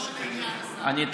תשיב לגופו של עניין, השר.